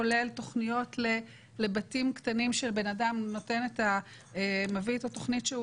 כולל תוכניות לבתים קטנים שבן אדם מביא את התוכנית שהוא